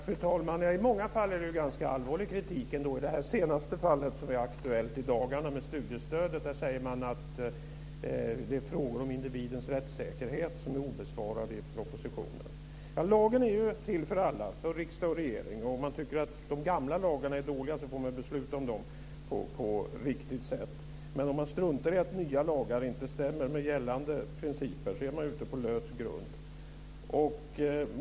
Fru talman! I många fall är det ju ganska allvarlig kritik. I det här senaste fallet som är aktuellt i dagarna om studiestödet säger man att det är frågor om individens rättssäkerhet som är obesvarade i propositionen. Lagen är ju till för alla, för riksdag och regering. Om man tycker att de gamla lagarna är dåliga får man ju besluta om dem på riktigt sätt. Men om man struntar i att nya lagar inte stämmer med gällande principer är man ute på lös grund.